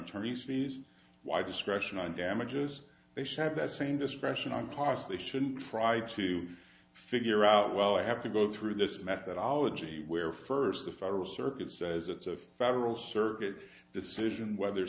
attorneys fees wide discretion on damages they should have that same discretion and possibly shouldn't try to figure out well i have to go through this methodology where first the federal circuit says it's a federal circuit decision whether